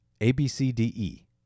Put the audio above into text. A-B-C-D-E